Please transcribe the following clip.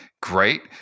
great